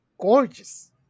gorgeous